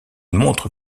montre